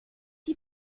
die